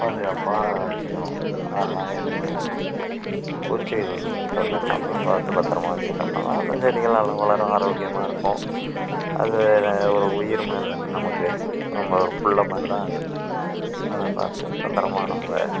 பாதுகாப்பாக வச்சுக்குவோம் அதெலாம் எதுவுமே பூச்சிகள் தொல்லைல்லாம பார்த்து பத்திரமா வச்சுக்கிட்டோம்னா அந்த செடிகள் நல்ல வளரும் ஆரோக்கியமாயிருக்கும் அது ஒரு உயிர் மாதிரிதான நமக்கு நம்ம ஒரு பிள்ள மாதிரிதான் அது அதை பார்த்து பத்திரமாக நம்ம